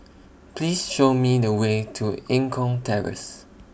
Please Show Me The Way to Eng Kong Terrace